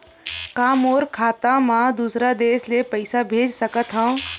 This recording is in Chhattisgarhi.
का मोर खाता म दूसरा देश ले पईसा भेज सकथव?